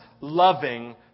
loving